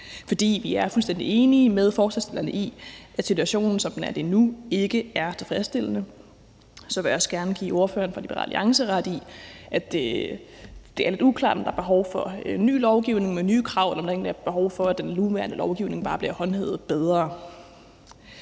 For vi er fuldstændig enige med forslagsstillerne i, at situationen, som den er lige nu, ikke er tilfredsstillende. Så vil jeg også gerne give ordføreren fra Liberal Alliance ret i, at det er lidt uklart, om der er behov for ny lovgivning med nye krav, eller om der egentlig er et behov for, at den nuværende lovgivning bare bliver håndhævet bedre.